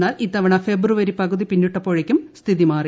എന്നാൽ ഇത്തവണ ഫെബ്രുവരി പകുതി പിന്നിട്ടപ്പോഴേക്കും സ്ഥിതിമാറി